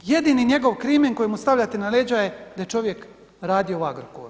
Jedini njegov krimen koji mu stavljate na leđa je da je čovjek radio u Agrokoru.